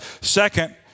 Second